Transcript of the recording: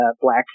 black